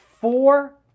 four